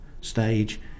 stage